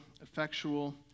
effectual